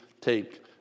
take